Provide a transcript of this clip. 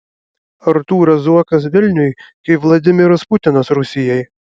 artūras zuokas vilniui kaip vladimiras putinas rusijai